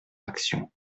action